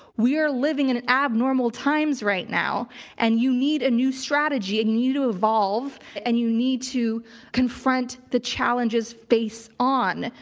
we are living in an abnormal times right now and you need a new strategy and and you to evolve and you need to confront the challenges face on,